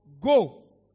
go